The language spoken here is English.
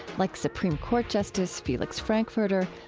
like supreme court justice felix frankfurter,